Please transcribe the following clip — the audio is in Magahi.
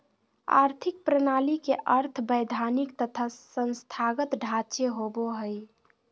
आर्थिक प्रणाली के अर्थ वैधानिक तथा संस्थागत ढांचे होवो हइ